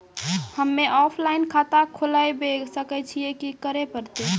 हम्मे ऑफलाइन खाता खोलबावे सकय छियै, की करे परतै?